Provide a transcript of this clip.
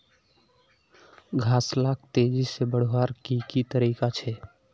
घास लाक तेजी से बढ़वार की की तरीका छे?